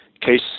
case